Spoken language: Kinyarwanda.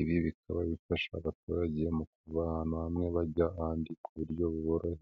ibi bikaba bifasha abaturage mu kuva ahantu hamwe bajya ahandi ku buryo buboroheye.